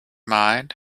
mind